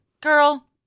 Girl